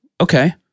okay